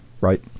Right